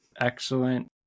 excellent